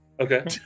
Okay